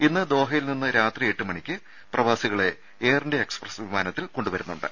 ഇന്ന് ദോഹയിൽ നിന്ന് രാത്രി എട്ട് മണിക്ക് പ്രവാസികളെ എയർ ഇന്ത്യ എക്സ്പ്രസ് വിമാനത്തിൽ കൊണ്ടുവരുന്നുണ്ട്